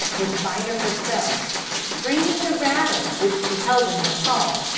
was fida herself, springing the rattle which she held in her paw,